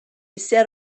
set